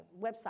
website